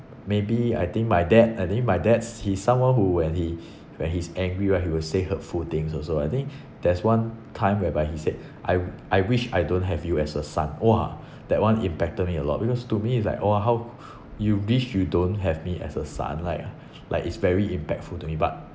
maybe I think my dad I think my dad he's someone who when he when he's angry right he will say hurtful things also I think there's one time whereby he said I I wish I don't have you as a son !wah! that one impacted me a lot because to me it's like !wah! how you wish you don't have me as a son like like it's very impactful to me but